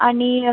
आणि